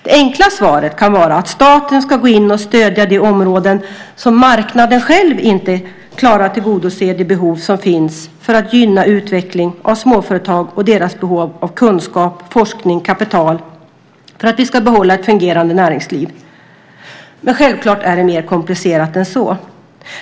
Det enkla svaret kan vara att staten ska gå in och stödja de områden där marknaden själv inte klarar att tillgodose de behov som finns för att gynna en utveckling av småföretagen och deras behov av kunskap, forskning och kapital för att vi ska behålla ett fungerande näringsliv. Men självklart är det mer komplicerat än så.